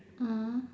mm